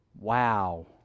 Wow